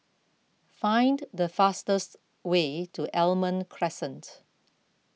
find the fastest way to Almond Crescent